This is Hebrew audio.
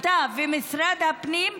אתה ומשרד הפנים,